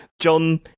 John